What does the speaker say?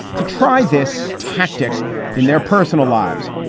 to try this tactic in their personal lives.